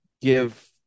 give